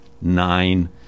nine